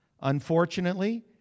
Unfortunately